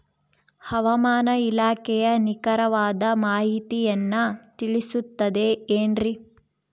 ಹವಮಾನ ಇಲಾಖೆಯ ನಿಖರವಾದ ಮಾಹಿತಿಯನ್ನ ತಿಳಿಸುತ್ತದೆ ಎನ್ರಿ?